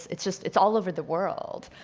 it's just, it's all over the world.